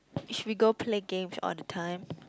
if we go play games all the time